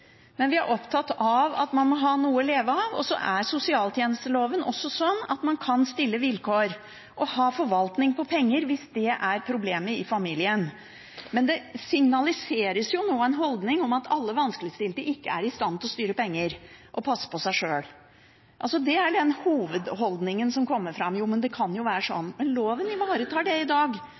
Vi er opptatt av at man må ha noe å leve av. Så er sosialtjenesteloven sånn at man kan stille vilkår og ha forvaltning når det gjelder penger, hvis det er problemet i familien. Men det signaliseres nå en holdning om at alle vanskeligstilte ikke er i stand til å styre penger eller passe på seg sjøl. Det er den hovedholdningen som kommer fram, at jo, det kan være sånn. Men loven ivaretar det i dag,